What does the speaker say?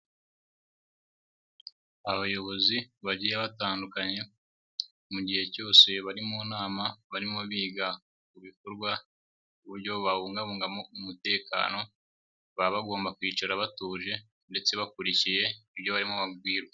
Abayobozi bagiye batandukanye mu gihe cyose bari mu nama barimo biga mu bikorwa by'uburyo babungabunga umutekano, baba bagomba kwicara batuje ndetse bakurikiye ibyo barimo babwirwa.